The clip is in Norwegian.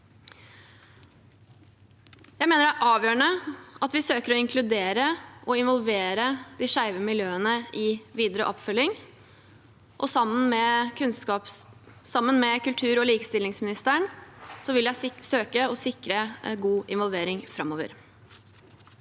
Jeg mener det er avgjørende at vi søker å inkludere og involvere de skeive miljøene i videre oppfølging. Sammen med kultur- og likestillingsministeren vil jeg søke å sikre god involvering framover.